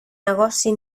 negoci